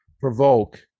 provoke